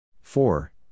four